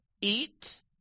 Eat